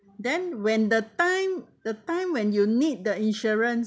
then when the time the time when you need the insurance